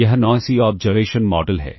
यह noisy observation model है